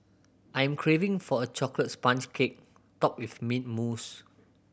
I'm craving for a chocolate sponge cake topped with mint mousse